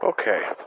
Okay